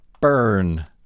burn